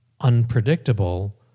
unpredictable